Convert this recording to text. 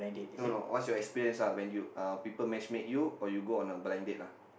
no no what's your experience ah when uh people match make you or you go on a blind date lah